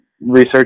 research